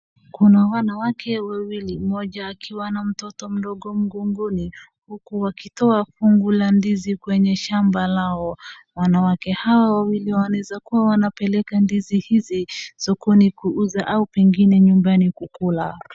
Kuna wanawake wawili mmoja akiwa na mtoto mdogo mgongoni huku akitoa kungu la ndizi kwenye shamba lao. Wanawake hawa wawili wanaweza kuwa wanapeleka ndizi hizi sokoni kuuza au pengine nyumbani kukula.